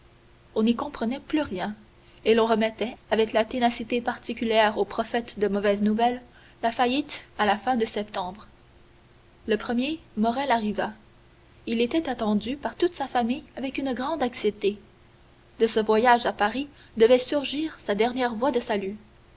on n'y comprenait plus rien et l'on remettait avec la ténacité particulière aux prophètes de mauvaises nouvelles la faillite à la fin de septembre le premier moral arriva il était attendu par toute sa famille avec une grande anxiété de ce voyage à paris devait surgir sa dernière voie de salut